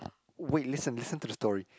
wait listen listen to the story